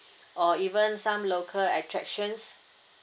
or even some local attractions